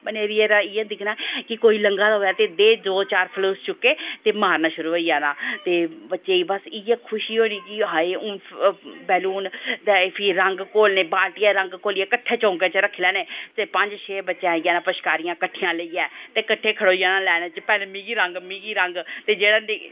बनेरियै परा दा इयां दिक्खना कि कोई लंघा दा होऐ ते दो चार फलूस चुक्के ते मारना शुरु होई जाना बच्चें गी बस इयै खूशी होनी कि हून बैलून फ्ही रंग घोलने बाल्टिया रंग घोलने कट्ठे चौंकै च रक्खी लैने पंज दे बच्चैं कट्ठे आई जंना पशकारियां कट्ठियां लेइयै ते कट्ठे खड़ोआ जाना लैना च पैह्लैं मिगी रंग मिगी रंग